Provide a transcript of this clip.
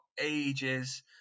ages